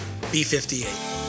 B58